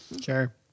Sure